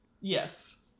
Yes